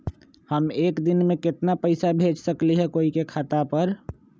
हम एक दिन में केतना पैसा भेज सकली ह कोई के खाता पर?